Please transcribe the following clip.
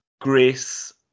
grace